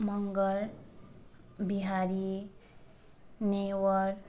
Magar Bihari Newar